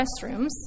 restrooms